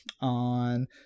on